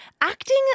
acting